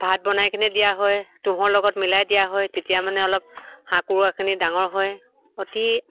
ভাত বনাইকিনে দিয়া হয় তুঁহৰ লগত মিলাই দিয়া হয় তেতিয়া মানে অলপ হাঁহ কুকুৰাখিনি ডাঙৰ হয় অতি